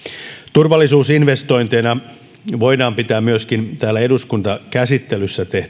turvallisuusinvestointeina voidaan pitää myöskin täällä eduskuntakäsittelyssä